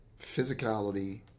physicality